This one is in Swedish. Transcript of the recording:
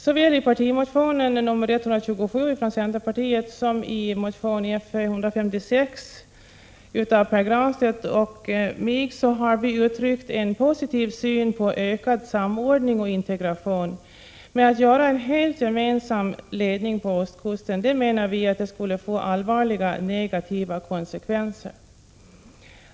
Såväl i partimotionen Fö127 som i centerpartimotionen Fö156 av Pär Granstedt och mig uttrycks en positiv syn på ökad samordning och integration, men vi menar att en helt gemensam ledning för ostkusten skulle få allvarliga negativa konsekvenser.